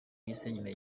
gisenyi